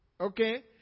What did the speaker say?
okay